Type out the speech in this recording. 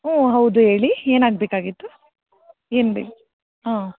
ಹ್ಞೂ ಹೌದು ಹೇಳಿ ಏನು ಆಗಬೇಕಾಗಿತ್ತು ಏನು ಬೆ ಹಾಂ